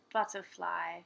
Butterfly